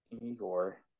Igor